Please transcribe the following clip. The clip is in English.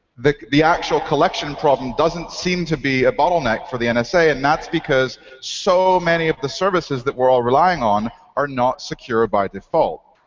the the actual collection problem doesn't seem to be a bottleneck for the and nsa. and that's because so many of the services that we're all relying on are not secure by default.